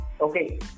Okay